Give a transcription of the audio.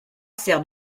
sert